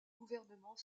gouvernement